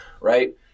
right